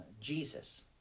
Jesus